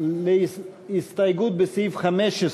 על הסתייגות בסעיף 15,